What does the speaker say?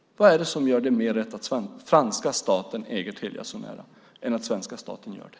Vad är det som gör det mer rätt att franska staten äger Telia Sonera än att svenska staten gör det?